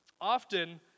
often